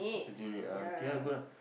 let's doing it uh okay ah go lah